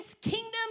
Kingdom